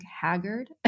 haggard